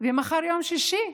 מחר יום שישי.